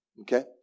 okay